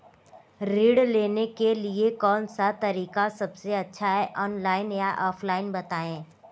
ऋण लेने के लिए कौन सा तरीका सबसे अच्छा है ऑनलाइन या ऑफलाइन बताएँ?